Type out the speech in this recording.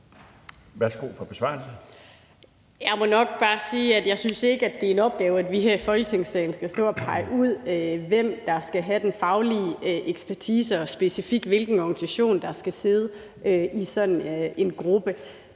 Jeg må nok bare sige, at jeg ikke synes, det er en opgave for os her i Folketingssalen, at vi skal stå og pege ud, hvem der skal have den faglige ekspertise, og specifikt hvilken organisation der skal sidde i sådan en gruppe.